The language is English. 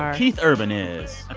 um keith urban is